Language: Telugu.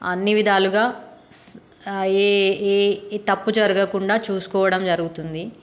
అన్ని విధాలుగా తప్పు జరగకుండా చూసుకోవడం జరుగుతుంది